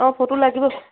অঁ ফটো লাগিব